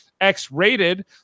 X-Rated